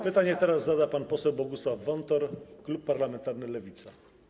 Pytanie teraz zada pan poseł Bogusław Wontor, klub parlamentarny Lewica.